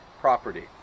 property